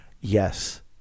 yes